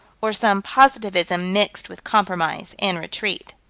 or some positivism mixed with compromise and retreat.